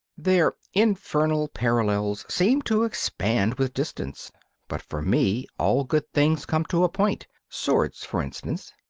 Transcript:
their infernal parallels seemed to expand with distance but for me all good things come to a point, swords for instance.